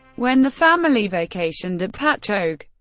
when the family vacationed patchogue,